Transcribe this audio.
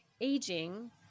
aging